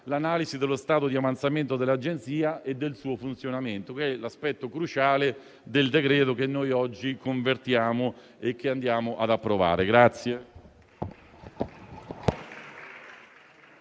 l'analisi dello stato di avanzamento dell'Agenzia e del suo funzionamento, che è l'aspetto cruciale del decreto-legge in conversione che ci apprestiamo ad approvare.